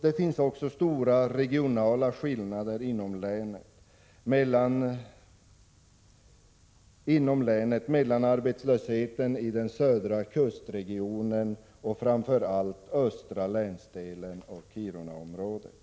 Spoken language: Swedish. Det finns också stora regionala skillnader inom länet mellan arbetslösheten i den södra kustregionen och framför allt östra länsdelen och Kirunaområdet.